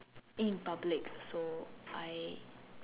in public so I